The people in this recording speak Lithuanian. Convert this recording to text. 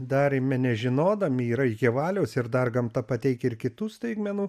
darėme nežinodami yra iki valios ir dar gamta pateikė ir kitų staigmenų